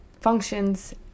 functions